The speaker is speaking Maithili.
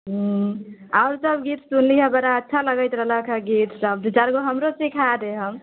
ह्म्म आओरसभ गीत सुनलियै बड़ा अच्छा लगैत रहलै अहाँके गीतसभ दू चारि गो हमरो सिखा देहब